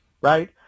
right